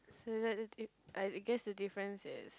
so that that that I I guess the difference is